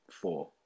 four